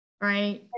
right